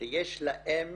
שיש להם